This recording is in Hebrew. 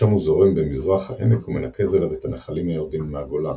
משם הוא זורם במזרח העמק ומנקז אליו את הנחלים היורדים מהגולן,